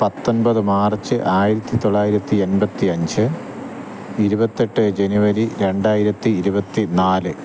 പത്തൊൻപത് മാർച്ച് ആയിരത്തി തൊള്ളായിരത്തി എൺപത്തി അഞ്ച് ഇരുപത്തെട്ട് ജെനുവരി രണ്ടായിരത്തി ഇരുപത്തി നാല്